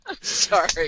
Sorry